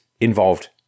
involved